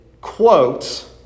quotes